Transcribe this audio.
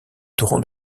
torrents